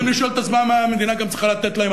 הם יודעים לשאול את עצמם גם מה המדינה צריכה לתת להם.